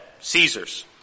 Caesar's